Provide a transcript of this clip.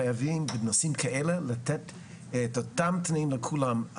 חייבים בנושאים כאלה לתת את אותם תנאים לכולם.